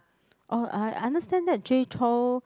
oh I I understand that Jay-Chou